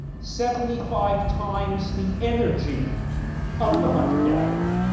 seventy five times the energy of the hunter-gatherer.